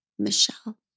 Michelle